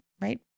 right